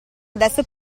adesso